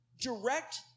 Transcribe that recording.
direct